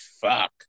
Fuck